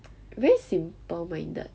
very simple minded